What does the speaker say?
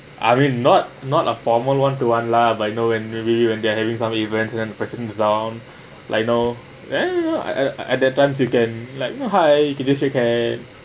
I mean not not a formal one to one lah but you know when interview and they are having some event and then president is down like you know ya at that time you can like you know hi you can just shake hand